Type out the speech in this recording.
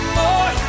more